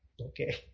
Okay